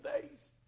days